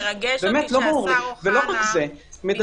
מרגש אותי שהשר אוחנה רוממות זכויות האדם בגרונו...